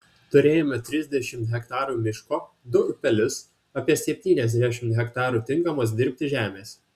turėjome trisdešimt hektarų miško du upelius apie septyniasdešimt hektarų tinkamos dirbti žemės